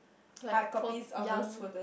like poor young